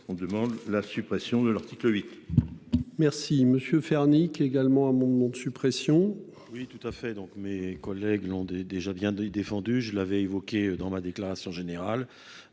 on demande la suppression de l'article 8. Merci monsieur Ferrand également à mon de suppression. Oui tout à fait donc mes collègues l'ont déjà bien défendu, je l'avais évoqué dans ma déclaration générale.